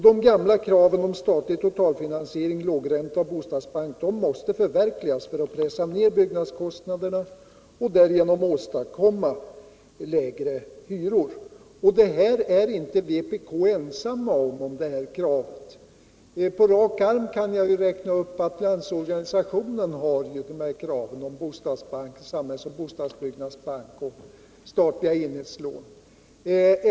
De gamla kraven på statlig totalfinansiering, lågränta och bostadsbank måste förverkligas för att vi skall kunna pressa ner byggnadskostnaderna och därigenom åstadkomma lägre hyror. Om dessa krav är vpk inte ensamt. Landsorganisationen exempelvis har kraven på en samhälls och bostadsbyggnadsbank och statliga enhetslån.